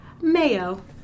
mayo